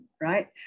right